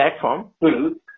platform